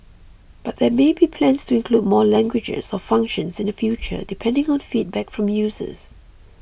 but there may be plans to include more languages or functions in the future depending on feedback from users